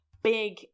big